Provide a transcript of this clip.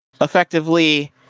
effectively